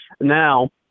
Now